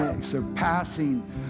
surpassing